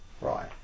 Right